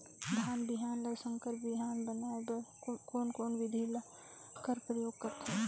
धान बिहान ल संकर बिहान बनाय बर कोन कोन बिधी कर प्रयोग करथे?